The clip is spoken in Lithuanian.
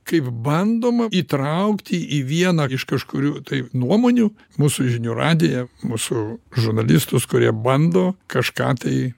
kaip bandoma įtraukti į vieną iš kažkurių tai nuomonių mūsų žinių radiją mūsų žurnalistus kurie bando kažką tai